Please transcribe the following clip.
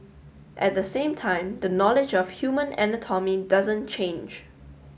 at the same time the knowledge of human anatomy doesn't change